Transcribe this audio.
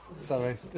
sorry